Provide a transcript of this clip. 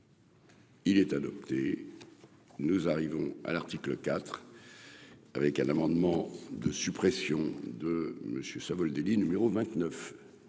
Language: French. Il est adopté, nous arrivons à l'article IV avec un amendement de suppression de monsieur Savoldelli numéro 29